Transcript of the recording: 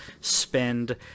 spend